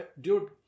dude